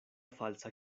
falsa